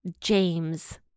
James